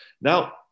Now